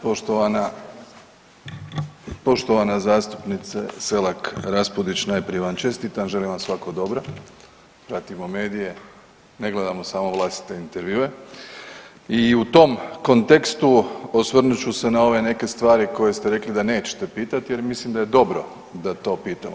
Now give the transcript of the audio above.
Poštovana, poštovana zastupnice Selak Raspudić, najprije vam čestitam, želim vam svako dobro, pratimo medije, ne gledamo samo vlastite intervjue i u tom kontekstu osvrnut ću se na ove neke stvari koje ste rekli da nećete pitati jer mislim da je dobro da to pitamo.